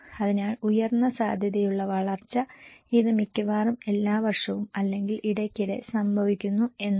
അതിനാൽ ഉയർന്ന സാധ്യതയുള്ള വരൾച്ച ഇത് മിക്കവാറും എല്ലാ വർഷവും അല്ലെങ്കിൽ ഇടയ്ക്കിടെ സംഭവിക്കുന്നു എന്നാണ്